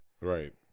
Right